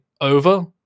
over